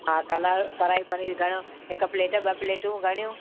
हा कंदा कढ़ाई पनीर घणो हिक प्लेट ॿ प्लेटूं घणियूं